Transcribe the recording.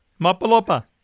Mapalopa